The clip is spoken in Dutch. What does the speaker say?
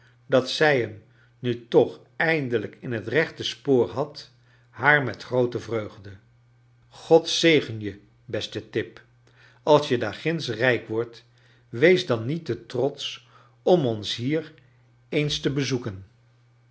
dat zij hem na toch eindelrjk in het rechte spoor had haar met groote vreugde god zegen je beste tip als je daar ginds rijk wordt wees dan niet te trotsch om ons hier eens te bezoeken